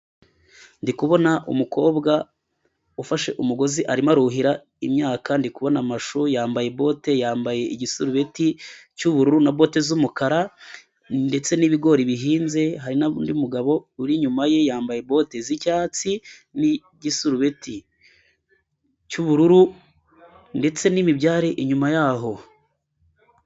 Ndi kubona umukobwa ufashe umugozi arimo aruhira imyaka, ndi kubona amashu yambaye bote yambaye igisurubeti cy'ubururu na bote z'umukara, ndetse n'ibigori bihinze hari n'undi mugabo uri inyuma ye yambaye bote z'icyatsi n'igisurubeti cy'ubururu ndetse n'imibyare inyuma yaho.